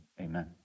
Amen